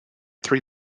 three